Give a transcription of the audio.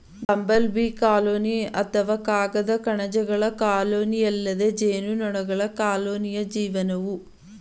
bumble bee colony ಅಥವಾ ಕಾಗದ ಕಣಜಗಳ ಕಾಲೋನಿಯಲ್ಲದೆ ಜೇನುನೊಣಗಳ ಕಾಲೋನಿಯ ಜೀವನವು ದೀರ್ಘಕಾಲಿಕವಾಗಿದೆ